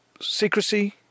secrecy